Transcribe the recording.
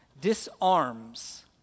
disarms